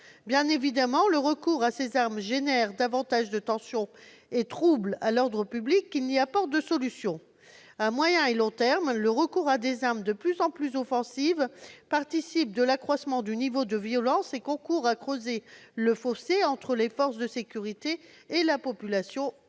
Bien évidemment, le recours à ces armes génère davantage de tensions et troubles à l'ordre public qu'il n'y apporte de solution. À moyen et long termes, le recours à des armes de plus en plus offensives participe de l'accroissement du niveau de violence et concourt à creuser le fossé entre les forces de sécurité et la population », estime